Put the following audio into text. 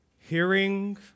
hearing